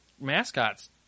mascots